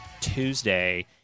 Tuesday